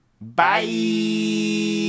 Bye